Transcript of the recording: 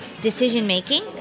decision-making